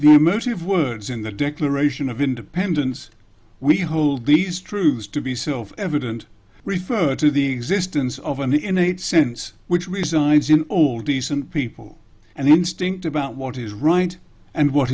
emotive words in the declaration of independence we hold these truths to be self evident refer to the existence of an innate sense which resides in all decent people and instinct about what is right and what